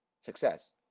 success